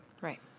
Right